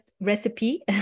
recipe